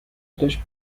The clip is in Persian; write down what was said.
داشت